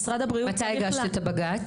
משרד הבריאות צריך --- מתי הגשת את הבג"ץ?